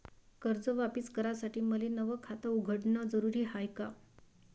कर्ज वापिस करासाठी मले नव खात उघडन जरुरी हाय का?